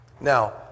Now